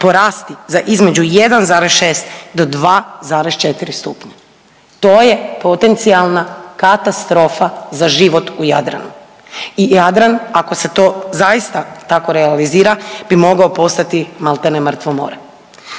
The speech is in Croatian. za između 1,6 do 2,4 stupnja. To je potencijalna katastrofa za život u Jadranu. I Jadran ako se to zaista tako realizira bi mogao postati maltene mrtvo more.